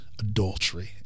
adultery